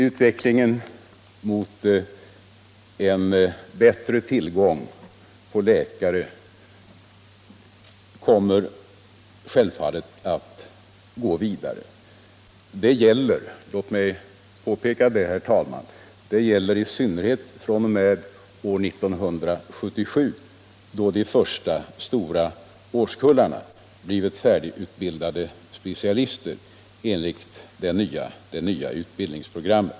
Utvecklingen mot en bättre tillgång på läkare kommer självfallet att gå vidare, i synnerhet — låt mig, herr talman, få påpeka detta — fr.o.m. år 1977 då de första stora årskullarna specialister blivit färdigutbildade enligt Nr 122 det nya utbildningsprogrammet.